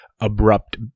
abrupt